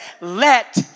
let